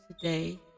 today